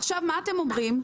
עכשיו מה אתם אומרים: